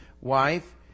wife